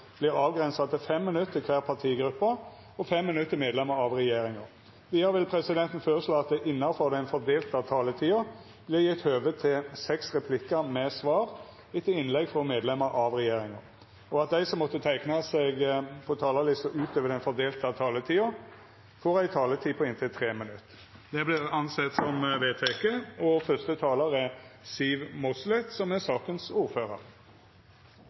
blir begrenset til 5 minutter til hver partigruppe og 5 minutter til medlemmer av regjeringen. Videre vil presidenten foreslå at det – innenfor den fordelte taletid – blir gitt anledning til replikkordskifte på inntil syv replikker med svar etter innlegg fra medlemmer av regjeringen, og at de som måtte tegne seg på talerlisten utover den fordelte taletid, får en taletid på inntil 3 minutter. – Det anses vedtatt. I Norge leverer kommunene de fleste og